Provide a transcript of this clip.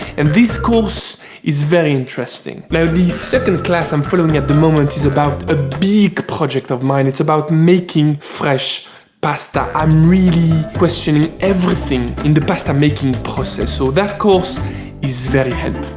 and this course is very interesting. now, the second class i'm following at the moment is about a big project of mine. it's about making fresh pasta. i'm really questioning everything in the pasta making process. so that course is very